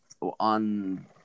on